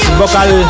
vocal